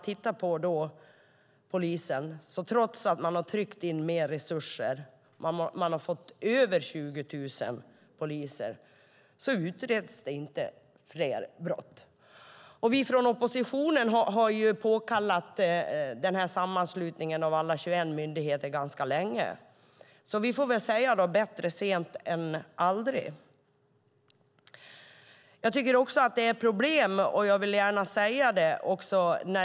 Trots att man har tryckt in mer resurser till polisen - det har blivit över 20 000 poliser - utreds inte fler brott. Vi i oppositionen har talat om en sammanslagning av alla 21 myndigheterna ganska länge. Vi får väl säga: Bättre sent än aldrig.